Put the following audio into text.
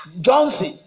johnson